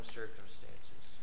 circumstances